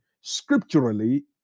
scripturally